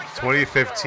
2015